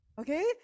Okay